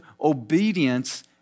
obedience